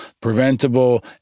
preventable